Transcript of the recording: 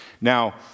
Now